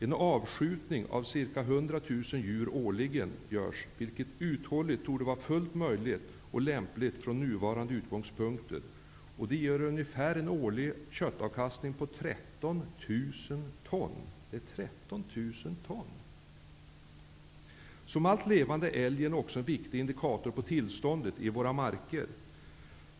En avskjutning av ca 100 000 djur årligen görs, vilket uthålligt torde vara fullt möjligt och lämpligt från nuvarande utgångspunkter. Det ger en årlig köttavkastning på ungefär 13 000 ton. Som allt levande är älgen också en viktig indikator på tillståndet i våra marker.